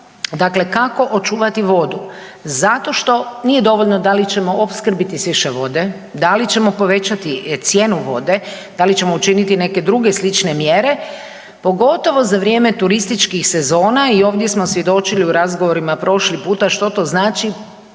dakle kako očuvati vodu. Zato što nije dovoljno da li ćemo opskrbiti s više vode, da li ćemo povećati cijenu vode, da li ćemo učiniti neke druge slične mjere pogotovo za vrijeme turističkih sezona i ovdje smo svjedočili u razgovorima prošli puta što to znači